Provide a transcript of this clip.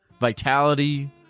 vitality